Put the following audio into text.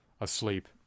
asleep